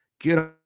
Get